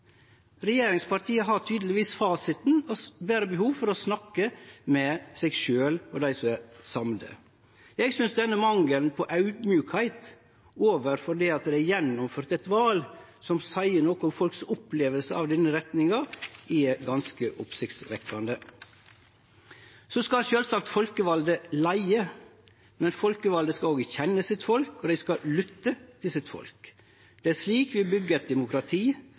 Regjeringspartia har tydelegvis fasiten og berre behov for å snakke med seg sjølve og dei som er samde med dei. Eg synest mangelen på audmjukskap overfor det at det er gjennomført eit val som seier noko om folks oppleving av denne retninga, er ganske oppsiktsvekkjande. Så skal sjølvsagt folkevalde leie, men folkevalde skal òg kjenne folket sitt, og dei skal lytte til folket sitt. Det er slik vi byggjer eit demokrati